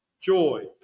joy